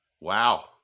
wow